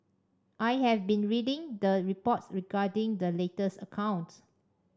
I have been reading the reports regarding the latest accounts